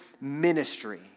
ministry